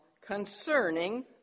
concerning